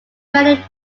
many